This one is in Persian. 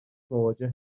مواجه